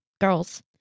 Girls